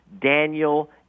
Daniel